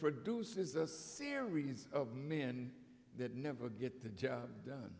produces a series of men that never get the job done